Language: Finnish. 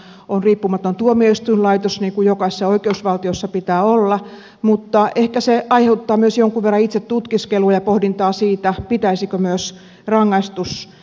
meillä on riippumaton tuomioistuinlaitos niin kuin jokaisessa oikeusvaltiossa pitää olla mutta ehkä tämä aiheuttaa myös jonkun verran itsetutkiskelua ja pohdintaa siitä pitäisikö myös rangaistusten määrittämistä tarkentaa